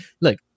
look